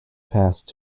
past